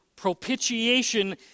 Propitiation